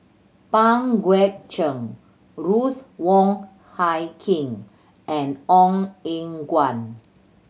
Pang Guek Cheng Ruth Wong Hie King and Ong Eng Guan